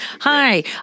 Hi